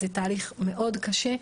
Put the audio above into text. זה תהליך מאוד קשה,